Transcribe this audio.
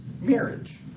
marriage